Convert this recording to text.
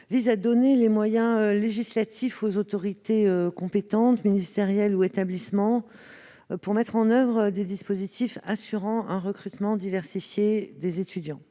vise à donner les moyens législatifs aux autorités compétentes- autorités ministérielles ou établissements -pour mettre en oeuvre des dispositifs assurant un recrutement diversifié des étudiants.